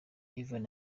ivan